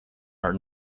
are